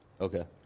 Okay